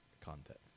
Context